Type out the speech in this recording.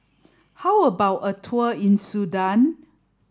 how about a tour in Sudan